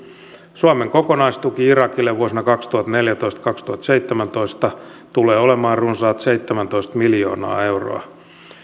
suomen kokonaistuki irakille vuosina kaksituhattaneljätoista viiva kaksituhattaseitsemäntoista tulee olemaan runsaat seitsemäntoista miljoonaa euroa